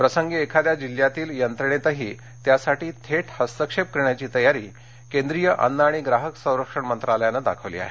प्रसंगी एखाद्या जिल्ह्यातील यंत्रणेतही त्यासाठी थेट हस्तक्षेप करण्याची तयारी केंद्रीय अन्न आणि ग्राहक संरक्षण मंत्रालयाने दाखवली आहे